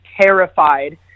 terrified